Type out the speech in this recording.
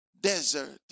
desert